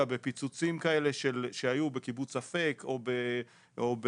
בפיצוצים כאלה שהיו בקיבוץ אפק או בגרנות,